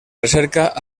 recerca